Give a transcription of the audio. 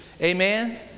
Amen